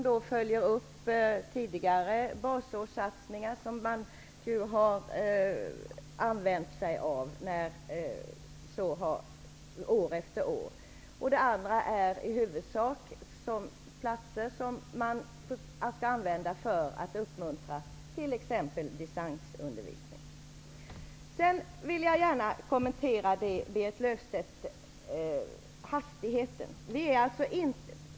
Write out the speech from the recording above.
Det följer upp tidigare basårssatsningar som man har gjort år efter år. Det andra är i huvudsak platser som man skall använda för att uppmuntra t.ex. distansundervisning. Jag vill gärna kommentera det Berit Löfstedt sade om hastigheten.